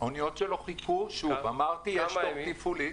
שוב, אמרתי, יש תור תפעולי.